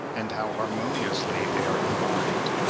and how harmoniously they are combined.